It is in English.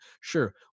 sure